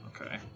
Okay